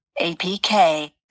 APK